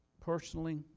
Personally